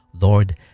Lord